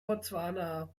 botswana